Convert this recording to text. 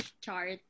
chart